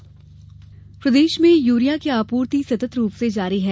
urea आपूर्ति प्रदेश में यूरिया की आपूर्ति सतत रूप से जारी है